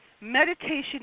Meditation